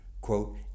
quote